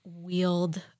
wield